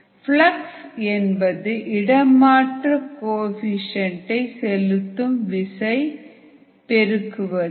flux என்பது இடமாற்ற coefficient டை செலுத்தும் விசை பெருக்குவது